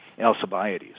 Alcibiades